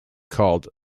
called